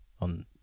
on